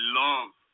love